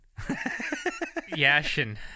Yashin